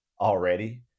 already